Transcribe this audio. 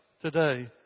today